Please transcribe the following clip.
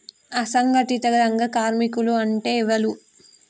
అసంఘటిత రంగ కార్మికులు అంటే ఎవలూ?